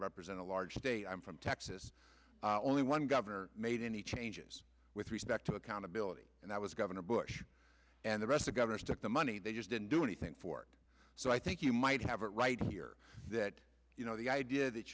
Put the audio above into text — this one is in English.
represent a large state i'm from texas only one governor made any changes with respect to accountability and i was governor bush and the rest of governors took the money they just didn't do anything for so i think you might have it right here that you know the idea that